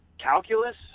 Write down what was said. Calculus